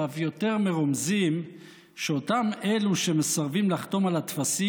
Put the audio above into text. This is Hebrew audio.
ואף יותר מרומזים שאותם אלו שמסרבים לחתום על הטפסים